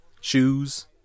shoes